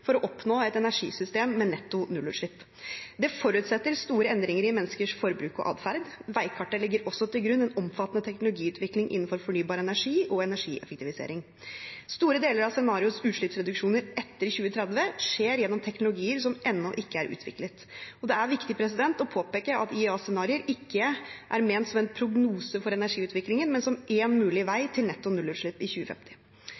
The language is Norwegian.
for å oppnå et energisystem med netto nullutslipp. Det forutsetter store endringer i menneskers forbruk og atferd. Veikartet legger også til grunn en omfattende teknologiutvikling innenfor fornybar energi og energieffektivisering. Store deler av scenarioets utslippsreduksjoner etter 2030 skjer gjennom teknologier som ennå ikke er utviklet. Det er viktig å påpeke at IEAs scenarioer ikke er ment som en prognose for energiutviklingen, men som en mulig